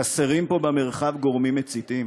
חסרים פה במרחב גורמים מציתים?